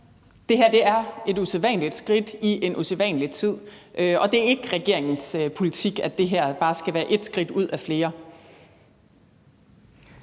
Det her er et usædvanligt skridt i en usædvanlig tid, og det er ikke regeringens politik, at det her bare skal være et skridt ud af flere.